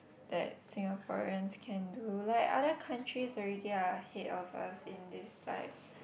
that Singaporeans can do like other countries already are ahead of us in this side